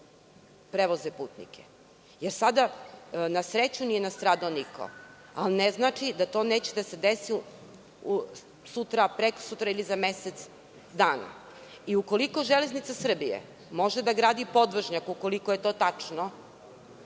prevoze putnike. Jer, sada, na sreću, nije niko nastradao. Ali, ne znači da to neće da se desi sutra, prekosutra ili za mesec dana. Ukoliko „Železnica Srbije“ može da gradi podvožnjak, ukoliko je to tačno,